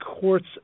court's